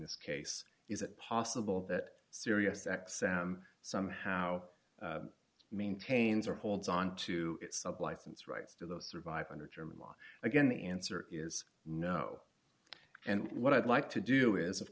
this case is it possible that sirius x m somehow maintains or holds on to its up license rights to those survive under german law again the answer is no and what i'd like to do is of